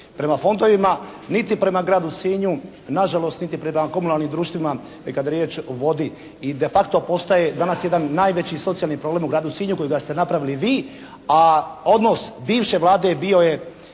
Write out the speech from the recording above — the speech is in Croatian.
prema fondovima niti prema gradu Sinju, nažalost niti prema komunalnim društvima kada je riječ o vodi i de facto postaje danas jedan najveći socijalni problem u gradu Sinju kojega ste napravili vi. A odnos bivše Vlade bio je